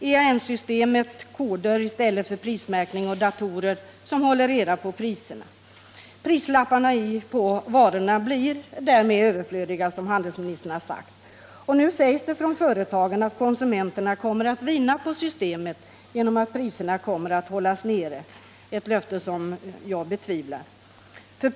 EAN-systemet med koder i stället för prismärkning och datorer som håller reda på priserna skall införas. Prislapparna på varorna blir, som handelsministern sade, därmed överflödiga. Nu sägs från företagen att konsumenterna kommer att vinna på systemet genom att priserna kommer att hållas nere — ett löfte som jag betvivlar kan infrias.